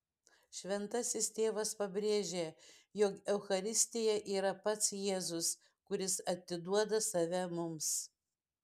šventasis tėvas pabrėžė jog eucharistija yra pats jėzus kuris atiduoda save mums